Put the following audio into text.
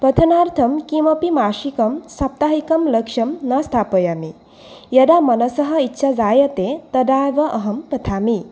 पठनार्थं किमपि मासिकं साप्ताहिकं लक्ष्यं न स्थापयामि यदा मनसः इच्छा जायते तदा एव अहं पठामि